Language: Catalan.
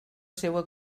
seua